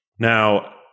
Now